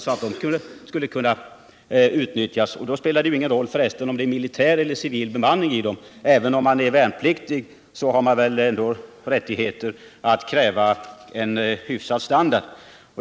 Och det spelar väl ingen roll om det är militär eller civil bemanning. Även värnpliktiga har rätt att kräva en hyfsad standard.